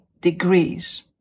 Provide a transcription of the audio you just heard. degrees